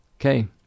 Okay